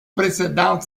précédentes